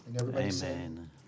Amen